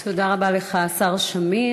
תודה רבה לך, השר שמיר.